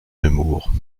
nemours